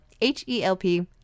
H-E-L-P